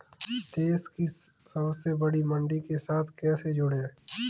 देश की सबसे बड़ी मंडी के साथ कैसे जुड़ें?